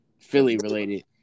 Philly-related